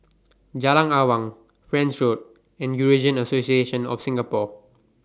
Jalan Awang French Road and Eurasian Association of Singapore